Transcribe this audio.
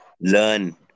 learn